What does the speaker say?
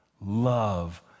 love